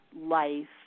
life